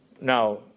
Now